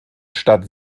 stadt